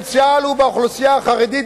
הפוטנציאל הוא באוכלוסייה החרדית